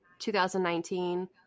2019